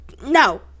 No